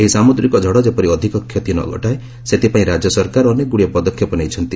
ଏହି ସାମୁଦ୍ରିକ ଝଡ଼ ଯେପରି ଅଧିକ କ୍ଷତି ନ ଘଟାଏ ସେଥିପାଇଁ ରାଜ୍ୟ ସରକାର ଅନେକଗୁଡ଼ିଏ ପଦକ୍ଷେପ ନେଇଛନ୍ତି